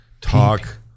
Talk